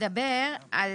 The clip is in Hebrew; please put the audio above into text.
(2)(ב) מדבר על